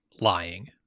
lying